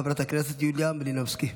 חברת הכנסת יוליה מלינובסקי,